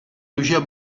lucia